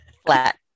flat